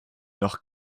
noch